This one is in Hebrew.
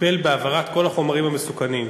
טיפל בהעברת כל החומרים המסוכנים.